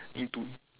into